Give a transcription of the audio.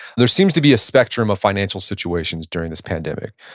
there seems to be a spectrum of financial situations during this pandemic.